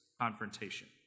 confrontation